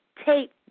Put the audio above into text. Tape